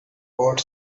bought